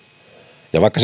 ja vaikka